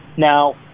Now